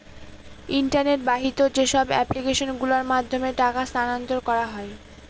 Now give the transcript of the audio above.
internet বাহিত যেসব application গুলোর মাধ্যমে টাকা স্থানান্তর করা হয়